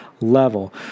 level